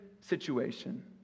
situation